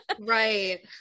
Right